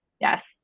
Yes